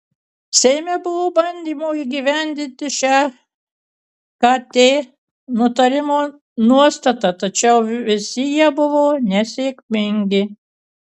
seime buvo bandymų įgyvendinti šią kt nutarimo nuostatą tačiau visi jie buvo nesėkmingi